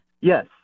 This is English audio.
Yes